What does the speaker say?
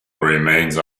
remains